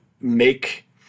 make